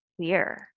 clear